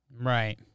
right